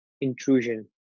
intrusion